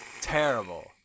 terrible